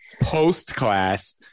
post-class